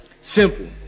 Simple